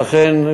לכן,